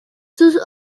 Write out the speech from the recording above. sus